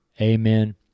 Amen